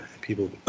people